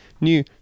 new